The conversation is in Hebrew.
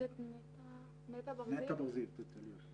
שלום רב לכל המשתתפים.